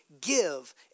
give